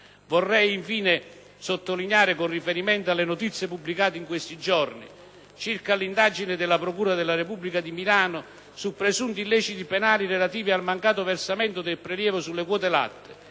Vorrei infine rivolgere l'auspicio, con riferimento alle notizie pubblicate in questi giorni circa l'indagine della procura della Repubblica di Milano su presunti illeciti penali relativi al mancato versamento del prelievo sulle quote latte,